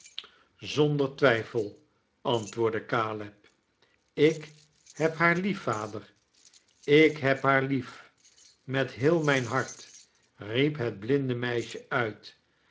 zonder twijfel antwoordde caleb ik heb haar lief vader ik heb haar lief met heel mijn hart riep het blinde meisje uit